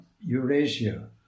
Eurasia